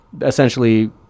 essentially